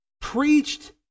preached